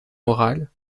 orale